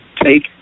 take